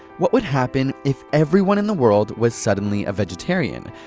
what would happen if everyone in the world was suddenly a vegetarian?